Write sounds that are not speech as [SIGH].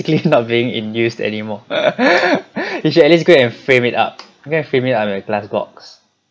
[LAUGHS] not being in used anymore [LAUGHS] you should at least go and frame it up okay frame it up in a glass box